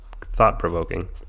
thought-provoking